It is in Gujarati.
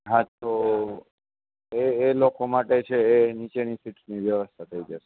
હા તો એ એ લોકો માટે છે એ લોકો નીચેની સીટ્સની વ્યવસ્થા થઈ જશે